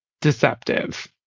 deceptive